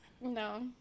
No